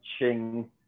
Ching